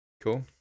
Cool